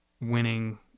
winning